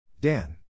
Dan